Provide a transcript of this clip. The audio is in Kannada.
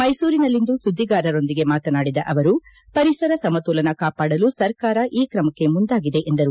ಮೈಸೂರಿನಲ್ಲಿಂದು ಸುದ್ದಿಗಾರರೊಂದಿಗೆ ಮಾತನಾಡಿದ ಅವರು ಪರಿಸರ ಸಮತೋಲನ ಕಾಪಾಡಲು ಸರ್ಕಾರ ಈ ಕ್ರಮಕ್ಕೆ ಮುಂದಾಗಿದೆ ಎಂದರು